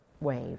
wave